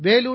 Vellore